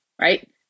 right